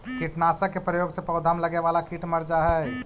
कीटनाशक के प्रयोग से पौधा में लगे वाला कीट मर जा हई